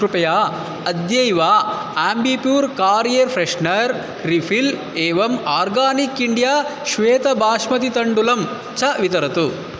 कृपया अद्यैव Ambipur car air freshener refill एवम् आर्गानिक् इण्डिया श्वेत बाश्मति तण्डुलं च वितरतु